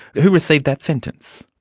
who received that sentence?